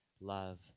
love